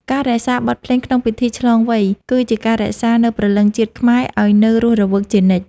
ការរក្សាបទភ្លេងក្នុងពិធីឆ្លងវ័យ គឺជាការរក្សានូវព្រលឹងជាតិខ្មែរឱ្យនៅរស់រវើកជានិច្ច។